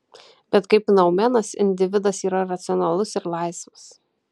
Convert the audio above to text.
bet kaip noumenas individas yra racionalus ir laisvas